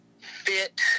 fit